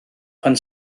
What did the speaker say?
pan